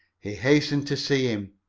he hastened to see him,